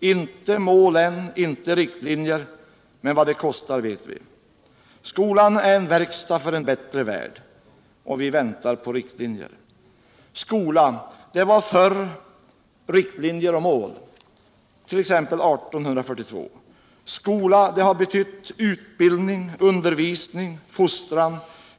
Inte mål än, inte riktlinjer - men vad det kostar vet vi. Skolan är en verkstad för en bättre värld. och vi väntar på riktlinjer. Skola det var förr riktlinjer och mål, t.ex. 1842. Skola det har betytt utbildning, undervisning. fostran.